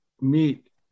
meet